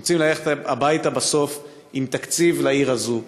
הם רוצים ללכת הביתה בסוף עם תקציב לעיר הזאת.